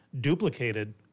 duplicated